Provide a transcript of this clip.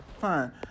fine